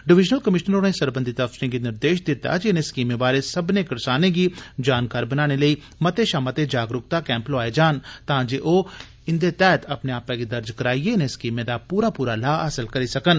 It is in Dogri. डिविजनल कमीश्नर होरें सरबंधित अफसरें गी निर्देश दिता जे इनें स्कीमें बारै सब्बनें करसानें गी जानकार बनाने लेई मते शा मते जागरुकता कैम्प लोआए जान तां जे ओ इन्दे तैहत अपने आपै गी दर्ज कराईये इनें स्कीमें दा पूरा पूरा लाह हासल करी सकन